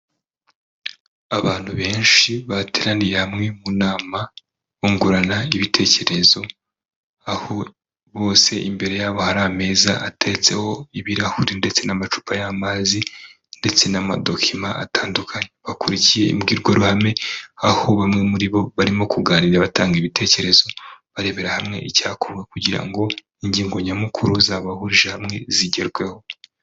Abantu benshi bateraniye hamwe mu nama, bungurana ibitekerezo, aho bose imbere yabo hari ameza ateretseho ibirahuri ndetse n'amacupa y'amazi ndetse n'amadokima atandukanye. Bakurikiye imbwirwaruhame, aho bamwe muri bo barimo kuganira batanga ibitekerezo, barebera hamwe icyakorwa kugira ngo ingingo nyamukuru zabahurije hamwe zigerweho.